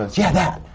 yeah,